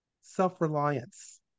self-reliance